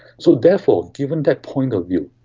so therefore, given that point of view,